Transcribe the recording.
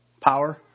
power